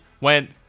went